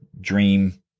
dream